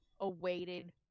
awaited